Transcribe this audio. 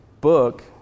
book